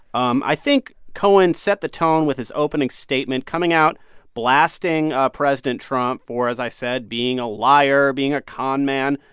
um i think cohen set the tone with his opening statement coming out blasting president trump for, as i said, being a liar, being a con man,